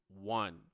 one